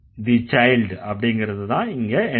the child அப்படிங்கறதுதான் இங்க NP